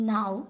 Now